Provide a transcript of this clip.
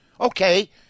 Okay